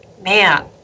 man